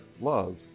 love